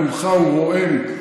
קולך הוא רועם.